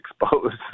exposed